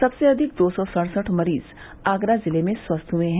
सबसे अधिक दो सौ सड़सठ मरीज आगरा जिले में स्वस्थ हुए हैं